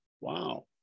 Wow